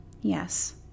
Yes